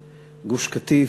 גוש-קטיף,